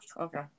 Okay